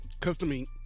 customing